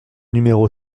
numéro